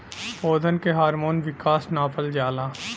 पौधन के हार्मोन विकास नापल जाला